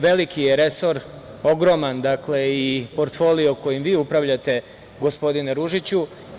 Veliki je resor, ogroman i portfolijo kojim vi upravljate gospodine Ružiću.